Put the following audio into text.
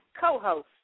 co-host